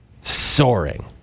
soaring